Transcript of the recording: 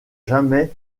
jamais